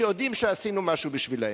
שיודעים שעשינו משהו בשבילם.